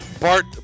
Bart